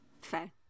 Fair